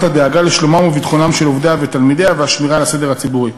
הדאגה לשלומם וביטחונם של עובדיה ותלמידיה והשמירה על הסדר הציבורי.